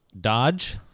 dodge